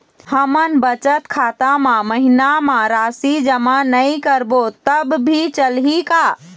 हमन बचत खाता मा महीना मा राशि जमा नई करबो तब भी चलही का?